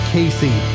Casey